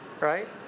right